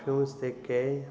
perfumes ते के offer